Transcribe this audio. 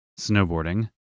snowboarding